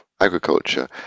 agriculture